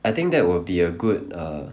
I think that will be a good err